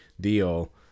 deal